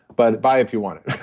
but buy if you want it.